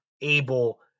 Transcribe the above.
able